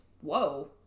Whoa